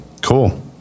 cool